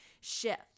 shift